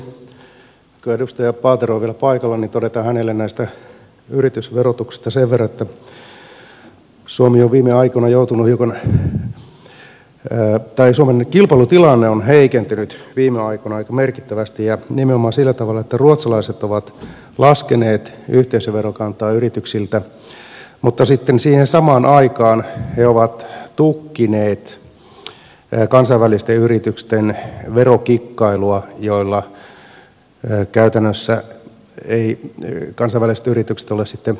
kun edustaja paatero on vielä paikalla niin totean hänelle yritysverotuksesta sen verran että suomen kilpailutilanne on heikentynyt viime aikoina aika merkittävästi ja nimenomaan sillä tavalla että ruotsalaiset ovat laskeneet yhteisöverokantaa yrityksiltä mutta sitten samaan aikaan he ovat tukkineet kansainvälisten yritysten verokikkailua jolla käytännössä eivät kansainväliset yritykset ole maksaneet ruotsiin veroja